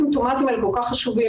האסימפטומטיים האלה כל כך חשובים.